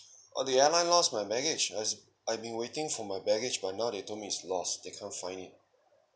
oh the airline lost my baggage as I've been waiting for my baggage but now they told me it's lost they can't find it